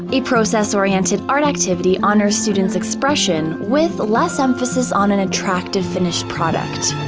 a process-oriented art activity honors students expression, with less emphasis on an attractive finished product.